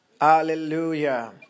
Hallelujah